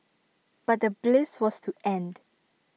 but the bliss was to end